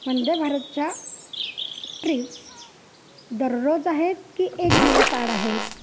वंदेभारतच्या trips दररोज आहेत की एक दिवस आड आहेत